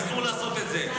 אסור לעשות את זה.